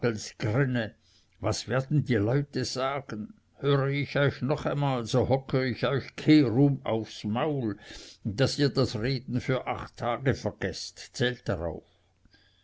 was werden die leute sagen höre ich euch noch einmal so hocke ich euch kehrum aufs maul daß ihr das reden für acht tage vergeßt zählt darauf